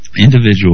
Individual